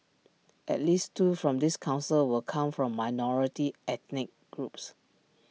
at least two from this Council will come from minority ethnic groups